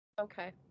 Okay